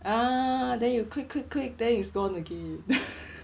ah then you click click click then it's gone again